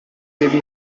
deve